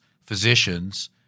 physicians